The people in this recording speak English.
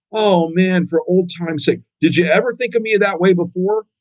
oh, man, for old time's sake. did you ever think of me that way before?